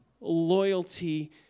loyalty